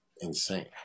insane